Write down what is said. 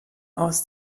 aus